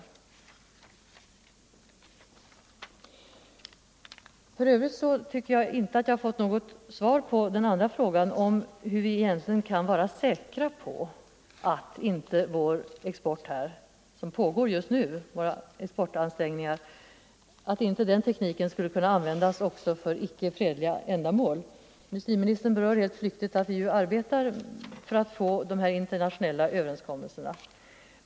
För övrigt tycker jag inte att jag har fått något svar på den andra frågan — hur vi egentligen kan vara säkra på att inte den teknik som utnyttjas för våra exportansträngningar, vilka pågår just nu, skulle kunna användas också för icke fredliga ändamål. Industriministern berör helt flyktigt att vi ju arbetar för att få dessa internationella överenskommelser.